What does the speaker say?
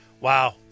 Wow